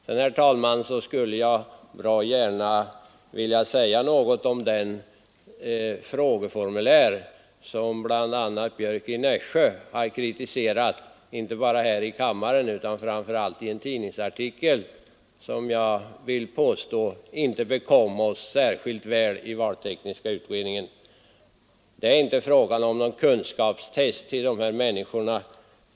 Sedan, herr talman, skulle jag bra gärna vilja säga något om det frågeformulär som bl.a. herr Björck i Nässjö har kritiserat inte bara här i kammaren utan framför allt i en tidningsartikel, som jag vill påstå inte bekom oss särskilt väl i valtekniska utredningen. Det är inte fråga om någon kunskapstest av de här människorna.